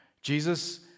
Jesus